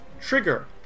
trigger